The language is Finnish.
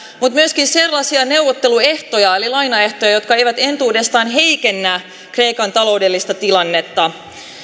mutta myöskin sellaisia neuvotteluehtoja eli lainaehtoja jotka eivät entuudestaan heikennä kreikan taloudellista tilannetta